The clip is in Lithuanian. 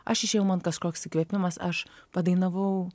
aš išėjau man kažkoks įkvėpimas aš padainavau